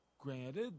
Granted